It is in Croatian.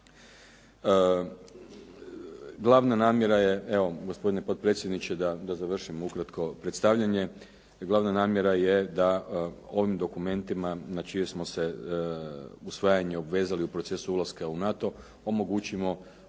glavna namjera je da ovim dokumentima na čije smo se usvajanje obvezali u procesu ulaska u NATO omogućimo